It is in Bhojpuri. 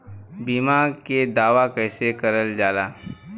बीमा के दावा कैसे करल जाला?